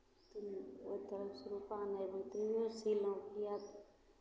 तऽ ओहि तरहसँ रुपैआ नहि होल तैयो सीलहुँ किए